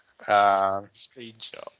screenshot